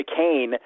McCain